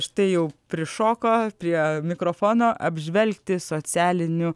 štai jau prišoko prie mikrofono apžvelgti socialinių